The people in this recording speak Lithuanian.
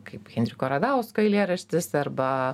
kaip henriko radausko eilėraštis arba